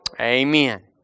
Amen